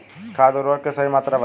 खाद उर्वरक के सही मात्रा बताई?